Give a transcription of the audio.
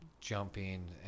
jumping